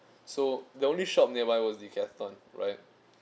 so the only shop nearby was Decathlon right